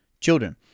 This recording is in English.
children